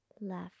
left